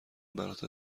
برات